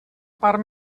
part